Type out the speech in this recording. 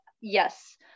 yes